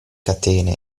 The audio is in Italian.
catene